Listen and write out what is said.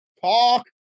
talk